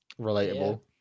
Relatable